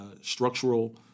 structural